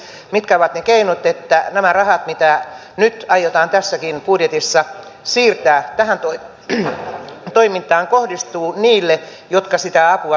mitkä ovat ne keinot että nämä rahat mitä nyt aiotaan tässäkin budjetissa siirtää tähän toimintaan kohdistuvat niille jotka sitä apua tarvitsevat